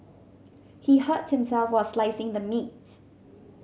he hurt himself while slicing the meat